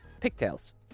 pigtails